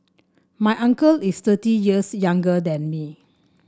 my uncle is thirty years younger than me